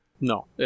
No